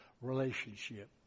relationship